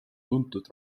tuntud